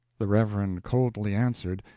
the reverend coldly answered,